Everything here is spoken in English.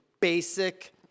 basic